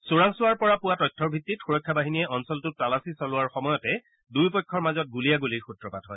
চোৰাংচোৱাৰ পৰা পোৱা তথ্যৰ ভিত্তিত সুৰক্ষা বাহিনীয়ে অঞ্চলটোত তালাচী চলোৱাৰ সময়তে দুয়োপক্ষৰ মাজত গুলীয়াগুলীৰ সূত্ৰপাত হয়